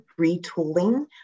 retooling